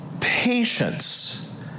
patience